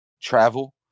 travel